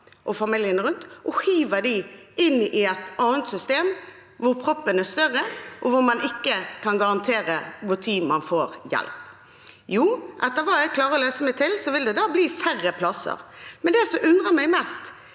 og familiene rundt omkring og hiver dem inn i et annet system hvor proppen er større, og hvor man ikke kan garantere når de får hjelp. Jo, etter hva jeg klarer å lese meg til, vil det da bli færre plasser, men det som undrer meg mest,